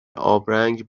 آبرنگ